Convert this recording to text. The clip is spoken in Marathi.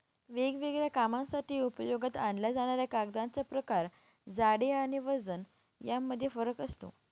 वेगवेगळ्या कामांसाठी उपयोगात आणल्या जाणाऱ्या कागदांचे प्रकार, जाडी आणि वजन यामध्ये फरक असतो